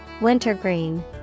Wintergreen